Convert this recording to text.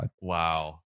Wow